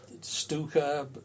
Stuka